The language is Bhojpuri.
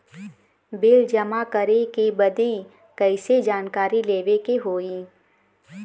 बिल जमा करे बदी कैसे जानकारी लेवे के होई?